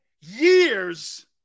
Years